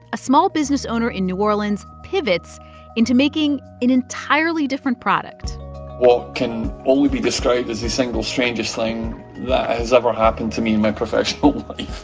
a small-business owner in new orleans pivots into making an entirely different product what can only be described as the single strangest thing that has ever happened to me in my professional life